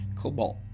Cobalt